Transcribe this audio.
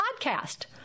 podcast